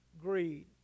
greed